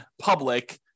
public